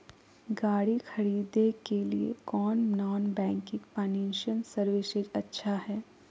गाड़ी खरीदे के लिए कौन नॉन बैंकिंग फाइनेंशियल सर्विसेज अच्छा है?